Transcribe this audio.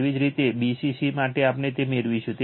તેવી જ રીતે bcc માટે આપણે તે મેળવીશું